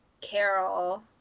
Carol